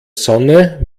sonne